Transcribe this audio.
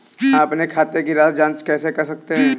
हम अपने खाते की राशि की जाँच कैसे कर सकते हैं?